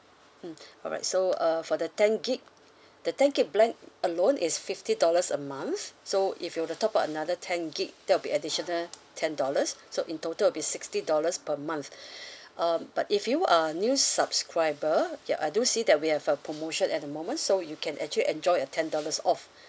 mm alright so uh for the ten gigabytes the ten gigabytes plan alone is fifty dollars a month so if you were to top up another ten gigabytes that will be additional ten dollars so in total will be sixty dollars per month um but if you are new subscriber yup I do see that we have a promotion at the moment so you can actually enjoy a ten dollars off